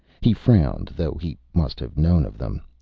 he frowned, though he must have known of them.